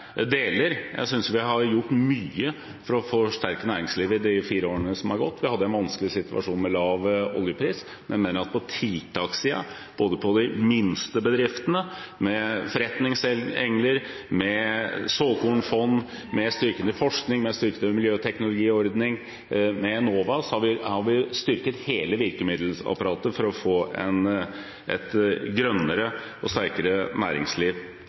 Jeg synes vi har gjort mye for å forsterke næringslivet i de fire årene som har gått. Vi hadde en vanskelig situasjon med lav oljepris, men jeg mener at på tiltakssiden, også for de minste bedriftene, med forretningsengler, med såkornfond, med styrking av forskning, med styrking av miljøteknologiordningen, med Enova, har vi styrket hele virkemiddelapparatet for å få et grønnere og sterkere næringsliv.